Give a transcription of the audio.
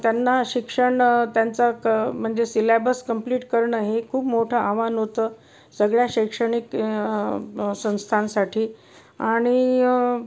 त्यांना शिक्षण त्यांचा क म्हणजे सिलॅबस कंप्लीट करणं हे खूप मोठं आव्हान होतं सगळ्या शैक्षणिक संस्थांसाठी आणि